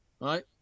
right